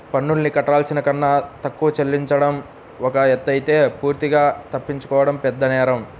పన్నుల్ని కట్టాల్సిన కన్నా తక్కువ చెల్లించడం ఒక ఎత్తయితే పూర్తిగా తప్పించుకోవడం పెద్దనేరం